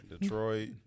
Detroit